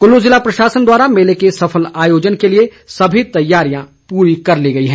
कुल्लू जिला प्रशासन द्वारा मेले के सफल आयोजन के लिए सभी तैयारियां पूरी कर ली गई है